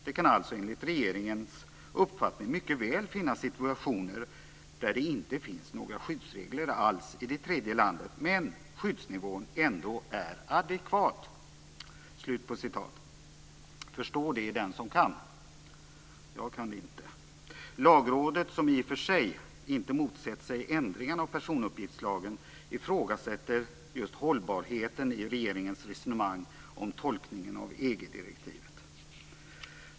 Det kan alltså enligt regeringens uppfattning mycket väl finnas situationer där det inte finns några skyddsregler alls i det tredje landet, men skyddsnivån ändå är adekvat. Förstå det, den som kan! Jag kan det inte. Lagrådet, som i och för sig inte motsätter sig ändringarna av personuppgiftslagen, ifrågasätter just hållbarheten i regeringens resonemang om tolkningen av EG-direktivet.